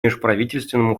межправительственному